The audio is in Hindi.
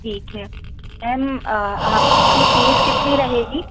ठीक है मैम आपकी फ़ीस कितनी रहेगी